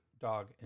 dog